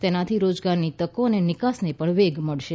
તેનાથી રોજગારની તકો અને નિકાસને પણ વેગ મળશે